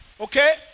Okay